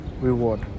reward